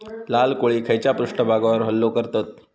लाल कोळी खैच्या पृष्ठभागावर हल्लो करतत?